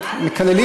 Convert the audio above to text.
בכנסת.